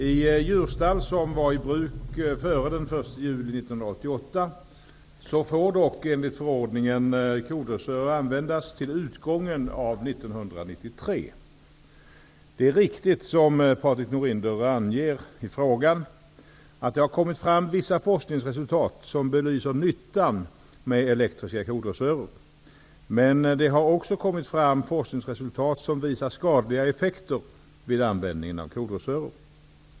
I djurstall som var i bruk före den 1 juli 1988 får dock enligt förordningen kodressörer användas till utgången av år 1993. Det är riktigt som Patrik Norinder anger i frågan att det har kommit fram vissa forskningsresultat som belyser nyttan med elektriska kodressörer, men det har också kommit fram forskningsresultat som visar skadliga effekter vid användning av kodressörer.